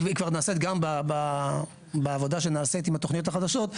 שהיא כבר נעשית גם בעבודה שנעשית עם התוכניות החדשות,